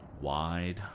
wide